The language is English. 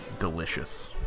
delicious